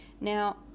Now